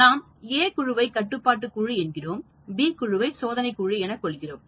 நாம் A குழுவை கட்டுப்பாட்டு குழு எனகொள்கிறோம் B குழுவை சோதனை குழு எனகொள்கிறோம்